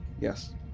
Yes